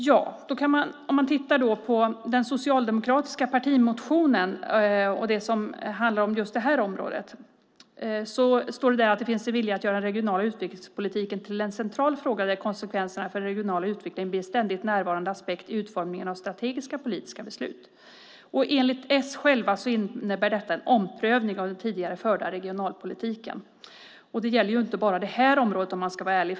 I det som handlar om det här området i den socialdemokratiska partimotionen står det att det finns en vilja att göra den regionala utvecklingspolitiken till en central fråga där konsekvenserna för den regionala utvecklingen blir en ständigt närvarande aspekt i utformningen av strategiska politiska beslut. Enligt Socialdemokraterna själva innebär detta en omprövning av den tidigare förda regionalpolitiken. Det gäller inte bara det här området.